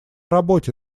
работе